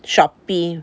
Shopee